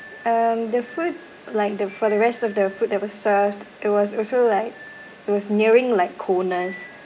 um the food like the for the rest of the food that were served it was also like it was nearing like coldness